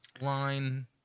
line